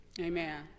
Amen